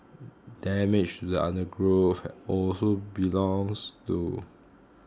damage to the undergrowth also belongs to